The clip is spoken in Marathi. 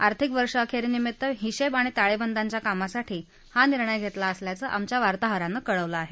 आर्थिक वर्षअखेरीनिमित्त हिशेब आणि ताळेबंदाच्या कामांसाठी हा निर्णय घेतला असल्याचं आमच्या वार्ताहरानं कळवलं आहे